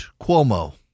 Cuomo